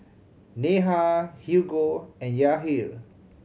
Neha Hugo and Yahir